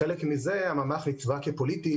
כחלק מזה הממ"ח נצבע כפוליטי,